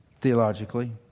Theologically